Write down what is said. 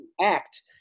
act